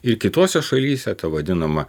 ir kitose šalyse ta vadinama